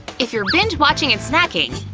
if you're binge-watching and snacking,